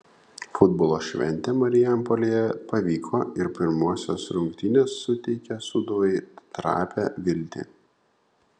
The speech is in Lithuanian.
futbolo šventė marijampolėje pavyko ir pirmosios rungtynės suteikia sūduvai trapią viltį